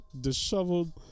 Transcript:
disheveled